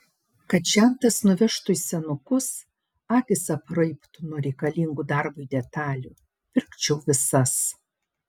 kad žentas nuvežtų į senukus akys apraibtų nuo reikalingų darbui detalių pirkčiau visas